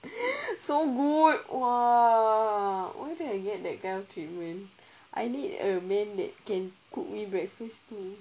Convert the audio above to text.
so good !wow! when will I get that kind of treatment I need a man that can cook me breakfast